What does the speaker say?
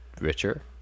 richer